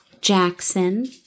Jackson